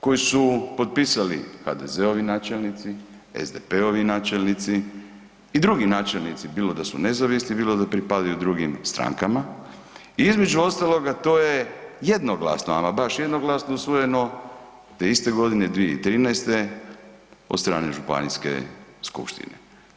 koji su potpisali HDZ-ovi načelnici, SDP-ovi načelnici i drugi načelnici, bilo da su nezavisni, bilo da pripadaju drugim strankama, i između ostaloga, to je jednoglasno, ama baš jednoglasno usvojeno te iste godine, 2013., od strane županijske skupštine.